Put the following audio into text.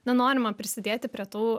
nenorima prisidėti prie tų